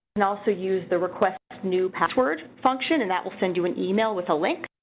and also use the request new password function and that will send you an email with a link.